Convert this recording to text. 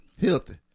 Healthy